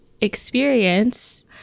experience